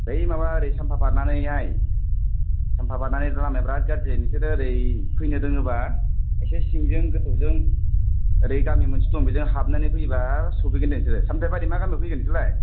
बै माब एरै साम्फा बारनानै हाय साम्फा बारनानै थ लामाया बिरात गाज्रि नोंसोरो एरै फैनोरोङोबा एसे सिंजों गोथौजों एरै गामि मोनसे दं बेजों हाबनानै फैयोबा सौफैगोन नोंसोरो सामथाइबारि मा गामियाव फैगोन नोंसोर लाय